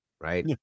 Right